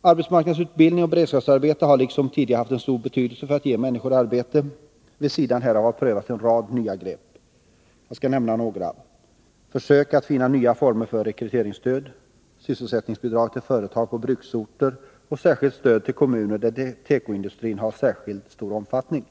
Arbetsmarknadsutbildning och beredskapsarbeten har, liksom tidigare varit fallet, haft stor betydelse när det gäller att ge människor arbete. Vid sidan härav har prövats en rad nya grepp. Jag skall nämna några: försök att finna nya former för rekryteringsstöd, sysselsättningsbidrag till företag på bruksorter och särskilt stöd till kommuner, där tekoindustrin har särskilt stor omfattning.